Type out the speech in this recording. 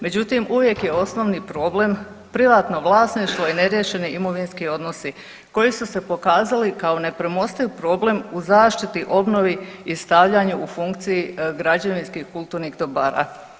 Međutim, uvijek je osnovni problem privatno vlasništvo i neriješeni imovinski odnosi, koji su se pokazali kao nepremostiv problem u zaštiti, obnovi i stavljanju u funkciju građevinskih kulturnih dobara.